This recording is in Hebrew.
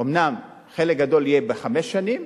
אומנם חלק גדול יהיה בחמש שנים,